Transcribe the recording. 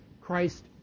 Christ